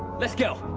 let's go.